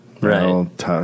Right